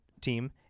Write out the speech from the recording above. team